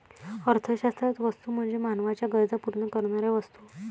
अर्थशास्त्रात वस्तू म्हणजे मानवाच्या गरजा पूर्ण करणाऱ्या वस्तू असतात